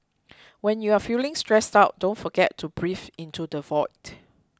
when you are feeling stressed out don't forget to breathe into the void